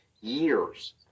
years